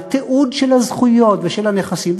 התיעוד של הזכויות ושל הנכסים.